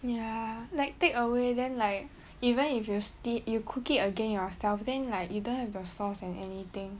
ya like take away then like even if you did you cook it again yourself then like you don't have the sauce and anything